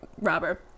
robber